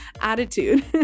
attitude